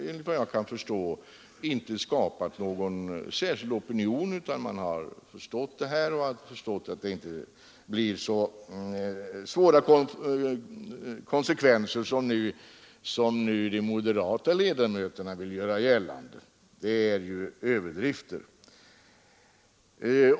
Såvitt jag kan se, finns det alltså en allmän förståelse för att det inte blir så svåra konsekvenser som de moderata ledamöterna vill göra gällande. Vad de anför är överdrifter.